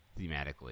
thematically